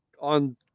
on